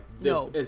No